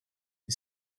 est